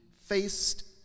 faced